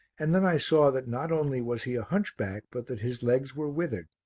and then i saw that not only was he a hunchback but that his legs were withered.